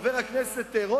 חבר הכנסת רותם,